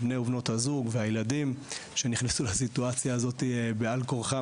בני ובנות הזוג והילדים שנכנסו לסיטואציה הזאת בעל כורחם,